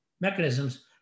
mechanisms